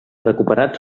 recuperats